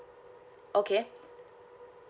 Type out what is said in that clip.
okay